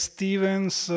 Stevens